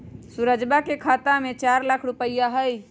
सुरजवा के खाता में चार लाख रुपइया हई